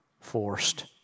forced